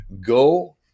go